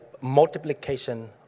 multiplication